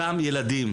אותם ילדים,